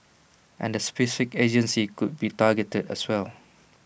and specific agencies could be targeted as well